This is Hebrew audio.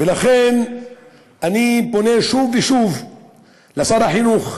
ולכן אני פונה שוב ושוב לשר החינוך,